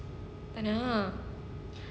tak nak